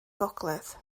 gogledd